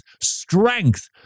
strength